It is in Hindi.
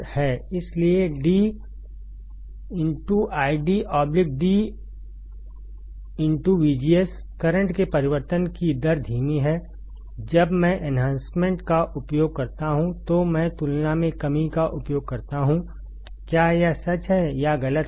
इसलिए d d करंट के परिवर्तन की दर धीमी है जब मैं एन्हांसमेंट का उपयोग करता हूं तो मैं तुलना में कमी का उपयोग करता हूं क्या यह सच है या यह गलत है